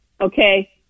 okay